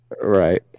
right